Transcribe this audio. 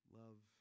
love